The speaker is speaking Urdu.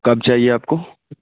کب چاہیے آپ کو